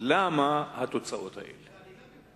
למה התוצאות האלה.